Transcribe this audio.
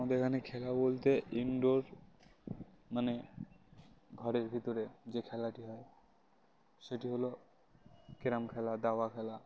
আমাদের এখানে খেলা বলতে ইনডোর মানে ঘরের ভিতরে যে খেলাটি হয় সেটি হলো ক্যারম খেলা দাবা খেলা